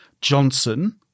Johnson